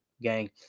gang